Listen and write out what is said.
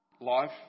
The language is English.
life